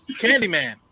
Candyman